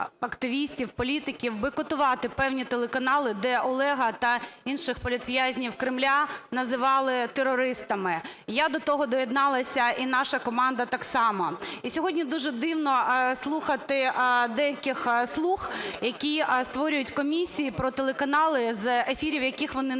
активістів, політиків бойкотувати певні телеканали, де Олега та інших політв'язнів Кремля називали терористами. Я до того доєдналася і наша команда так само. І сьогодні дуже дивно слухати деяких "слуг", які створюють комісії про телеканали з ефірів, з яких вони не